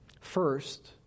First